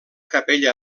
capella